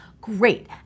Great